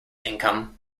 income